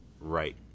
right